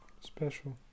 special